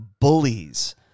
bullies